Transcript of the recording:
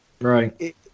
Right